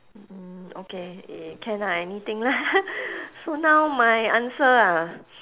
mm okay can ah anything lah so now my answer ah